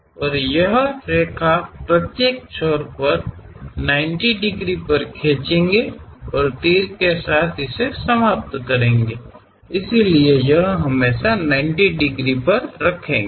और यह रेखा प्रत्येक छोर पर 90 डिग्री पर खिचेंगे और तीर के साथ इसे समाप्त करेंगे इसलिए यह हमेशा 90 डिग्री पर रखेंगे